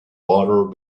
water